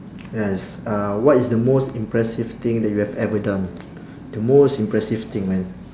yes uh what is the most impressive thing that you have ever done the most impressive thing man